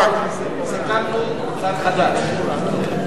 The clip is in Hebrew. רשויות מקומיות (העברות לרשויות מקומיות,